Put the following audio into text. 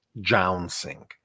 jouncing